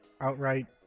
outright